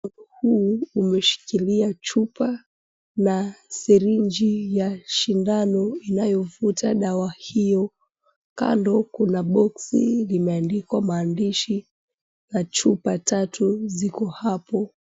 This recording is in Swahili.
Huu umeshikilia chupa na sirinji ya shindano inayovuta dawa hio. Kando kuna boksi limeandikwa maandishi na chupa tatu ziko hapo.